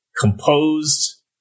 composed